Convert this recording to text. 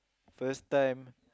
first time